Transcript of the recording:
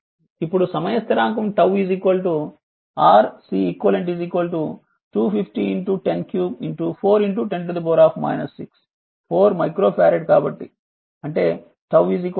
ఇప్పుడు సమయ స్థిరాంకం 𝜏 RCeq 250 10 3 4 10 6 4 మైక్రో ఫారెడ్ కాబట్టి అంటే 𝜏 1 సెకండ్ అని